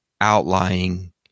outlying